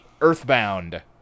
Earthbound